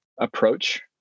approach